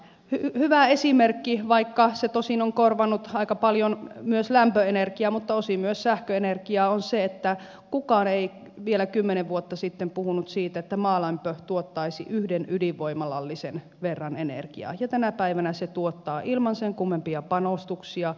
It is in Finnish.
hyvä esimerkki vaikka se tosin on korvannut aika paljon myös lämpöenergiaa mutta osin myös sähköenergiaa on se että kukaan ei vielä kymmenen vuotta sitten puhunut siitä että maalämpö tuottaisi yhden ydinvoimalallisen verran energiaa ja tänä päivänä se tuottaa ilman sen kummempia panostuksia